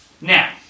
Now